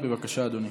בבקשה, אדוני.